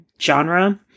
genre